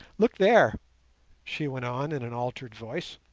look there she went on in an altered voice,